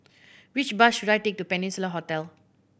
which bus should I take to Peninsula Hotel